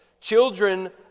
Children